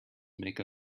make